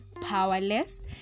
powerless